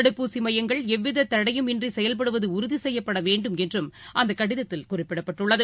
தடுப்பூசிமையங்கள் எவ்விததடையும் இன்றிசெயல்படுவதுஉறுதிசெய்யப்படவேண்டும் என்றும் அந்தக் கடிதத்தில் குறிப்பிடப்பட்டுள்ளது